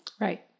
Right